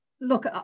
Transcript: look